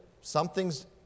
Something's